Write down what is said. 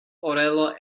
orelo